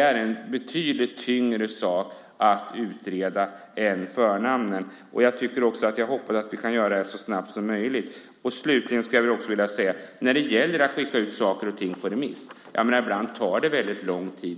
är en betydligt tyngre sak att utreda efternamn än att utreda förnamn. Jag hoppas att vi kan göra det så snabbt som möjligt. Slutligen skulle jag vilja säga att det ibland tar väldigt lång tid innan man skickar ut saker och ting på remiss.